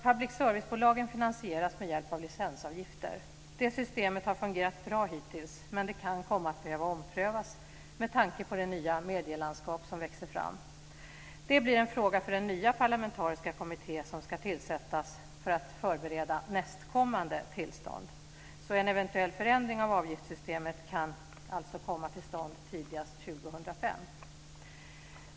Public service-företagen finansieras med hjälp av licensavgifter. Det systemet har fungerat bra hittills, men det kan komma att behöva omprövas med tanke på det nya medielandskap som växer fram. Det blir en fråga för den nya parlamentariska kommitté som ska tillsättas för att förbereda nästkommande tillstånd. En eventuell förändring av avgiftssystemet kan alltså komma till stånd tidigast 2005.